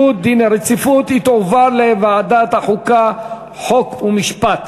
להחיל דין רציפות על הצעת חוק ההוצאה לפועל